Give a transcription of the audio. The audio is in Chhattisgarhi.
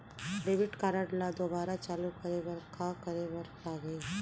डेबिट कारड ला दोबारा चालू करे बर का करे बर लागही?